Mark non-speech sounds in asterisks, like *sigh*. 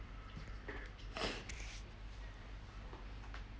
*breath*